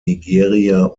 nigeria